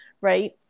right